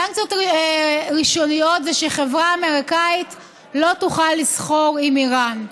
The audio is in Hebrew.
סנקציות ראשוניות זה שחברה אמריקנית לא תוכל לסחור עם איראן.